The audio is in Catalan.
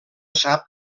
sap